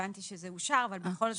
הבנתי שזה אושר, אבל בכל זאת.